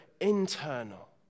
internal